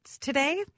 today